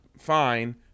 fine